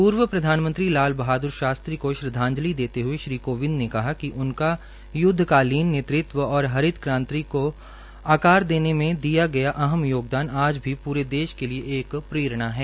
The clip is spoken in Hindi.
पूर्व प्रधानमंत्री लाल बहाद्र शास्त्री को श्रद्वाजलि देते हुए श्री कोविदं ने कहा कि य्ध्कालीन नेतृत्व और हरित क्रांति को आकार देने में दिया गया अहम योगदान आज भी पूरे देश के एक प्ररेणा है